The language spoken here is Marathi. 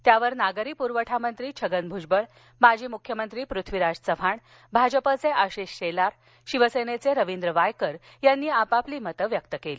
त्यावर नागरी पूरवठा मंत्री छ्गन भुजबळ माजी मुख्यमंत्री पृथ्वीराज चव्हाण भाजपचे आशिष शेलार शिवसेनेचे रवींद्र वायकर यांनी आपली मतं व्यक्त केली